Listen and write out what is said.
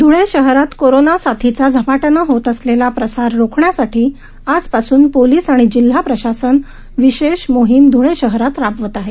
ध्ळे शहरात कोरोना साथीचा झपाट्यानं होत असलेला प्रसार रोखण्यासाठी आजपासून पोलीस आणि जिल्हा प्रशासन विशेष मोहीम ध्वळे शहरात राबवत आहे